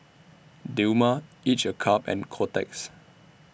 Dilmah Each A Cup and Kotex